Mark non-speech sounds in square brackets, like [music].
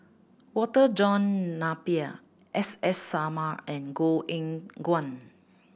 Walter John Napier S S Sarma and [unintelligible] Eng Guan